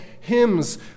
hymns